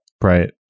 Right